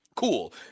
Cool